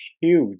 huge